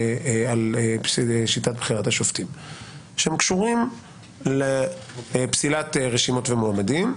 שיטת בחירת השופטים - שהם קשורים לפסילת רשימות ומועמדים,